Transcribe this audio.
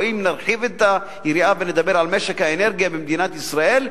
או אם נרחיב את היריעה ונדבר על משק האנרגיה במדינת ישראל,